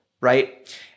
right